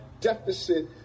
deficit